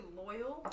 loyal